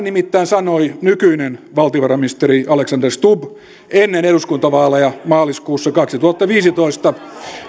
nimittäin sanoi nykyinen valtiovarainministeri alexander stubb ennen eduskuntavaaleja maaliskuussa kaksituhattaviisitoista